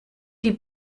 die